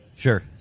Sure